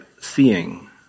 seeing